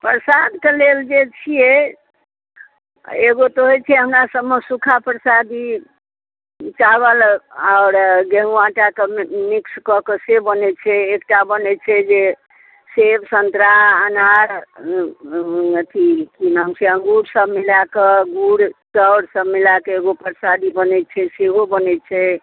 प्रसाद के लेल जे छियै एगो तऽ होइ छै हमरा सभमे सूखा परसादी चावल आओर गेहूँ आटा के मिक्स कऽ कऽ से बनै छै एकटा बनै छै जे सेब सन्तरा अनार अथी की नाम छै अङ्गूर सभ मिलाकऽ गुड़ चाउर सभ मिलाकऽ एगो परसादी बनै छै सेहो बनै छै